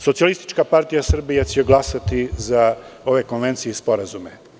Socijalistička partija Srbije će glasati za ove konvencije i sporazume.